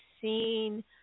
seen